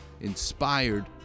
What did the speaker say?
inspired